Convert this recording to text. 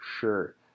sure